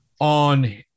on